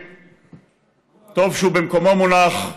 וטוב שהוא במקומו מונח.